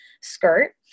skirt